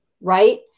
Right